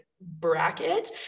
bracket